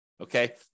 Okay